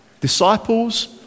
Disciples